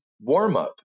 warm-up